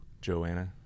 Joanna